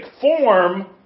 form